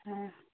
ہاں